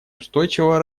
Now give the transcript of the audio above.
устойчивого